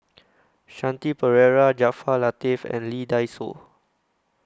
Shanti Pereira Jaafar Latiff and Lee Dai Soh